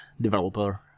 developer